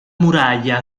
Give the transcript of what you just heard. muraglia